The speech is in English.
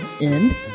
end